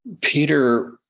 Peter